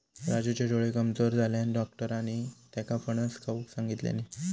राजूचे डोळे कमजोर झाल्यानं, डाक्टरांनी त्येका फणस खाऊक सांगितल्यानी